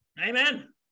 Amen